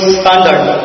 standard